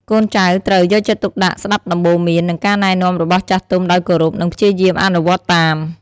កូនចៅត្រូវ យកចិត្តទុកដាក់ស្ដាប់ដំបូន្មាន និងការណែនាំរបស់ចាស់ទុំដោយគោរព និងព្យាយាមអនុវត្តតាម។